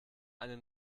eine